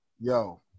Yo